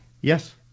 Yes